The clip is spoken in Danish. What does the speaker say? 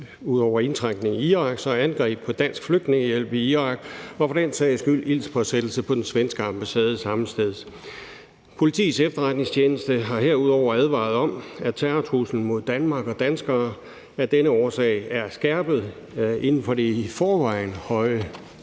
har der været angreb på Dansk Flygtningehjælp i Irak og for den sags skyld ildspåsættelse på den svenske ambassade samme sted. Politiets Efterretningstjeneste har herudover advaret om, at terrortruslen mod Danmark og danskere af denne årsag er skærpet inden for det i forvejen høje